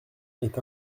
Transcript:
est